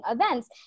events